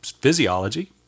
physiology